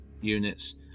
units